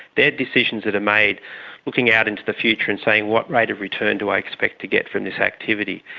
they are decisions that are made looking out into the future and saying what rate of return do i expect to get from this activity.